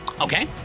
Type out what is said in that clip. Okay